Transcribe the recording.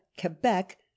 quebec